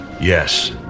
Yes